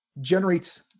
generates